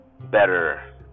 better